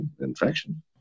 infection